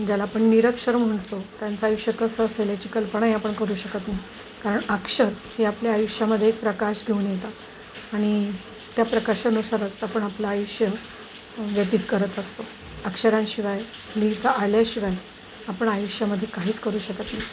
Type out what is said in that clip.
ज्याला आपण निरक्षर म्हणतो त्यांचं आयुष्य कसं असेल याची कल्पनाही आपण करू शकत नाही कारण अक्षर हे आपल्या आयुष्यामध्ये प्रकाश घेऊन येतं आणि त्या प्रकाशानुसारच आपण आपलं आयुष्य व्यतीत करत असतो अक्षरांशिवाय लिहिता आल्याशिवाय आपण आयुष्यामध्ये काहीच करू शकत नाही